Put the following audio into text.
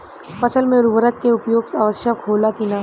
फसल में उर्वरक के उपयोग आवश्यक होला कि न?